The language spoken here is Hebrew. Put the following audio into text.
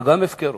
גם זאת הפקרות.